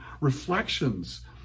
reflections